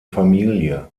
familie